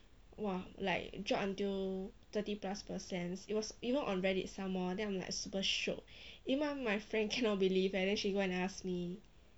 !wah! like drop until thirty plus percent it was even on reddit some more then I'm like super shiok even my friend cannot believe eh then she go and ask me